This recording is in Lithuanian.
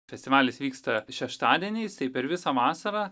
festivalis vyksta šeštadieniais tai per visą vasarą